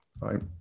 Right